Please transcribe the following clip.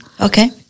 okay